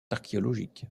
archéologiques